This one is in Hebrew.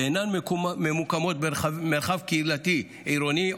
ואינן ממוקמות במרחב קהילתי עירוני,